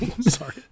Sorry